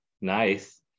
nice